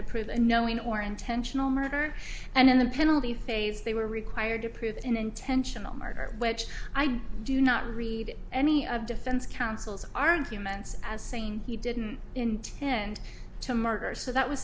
to prove a knowing or intentional murder and in the penalty phase they were required to prove an intentional murder which i do not read any of defense counsel's arguments as saying he didn't intend to murder so that was